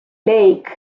lake